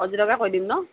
অজিতকে কৈ দিম নহ্